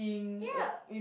ya